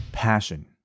passion